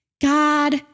God